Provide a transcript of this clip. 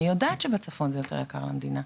אני יודעת שבצפון זה יותר יקר למדינה.